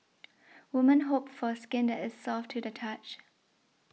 women hope for skin that is soft to the touch